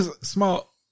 Small